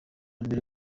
mbere